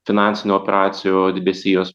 finansinių operacijų debesijos